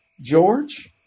George